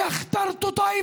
כיצד האנושות נתנה לזה לקרות?